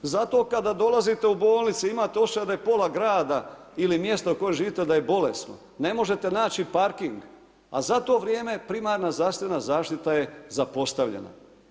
Zato kada dolazite u bolnice imate osjećaj da je pola grada ili mjesto u kojem živite da je bolesno, ne možete naći parking, a za to vrijeme primarna zdravstvena zaštita je zapostavljena.